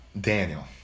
Daniel